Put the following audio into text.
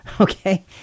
okay